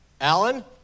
Alan